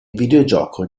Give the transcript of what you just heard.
videogioco